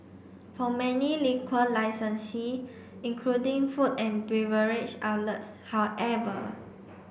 for many liquor licensee including food and beverage outlets however